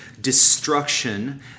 destruction